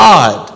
God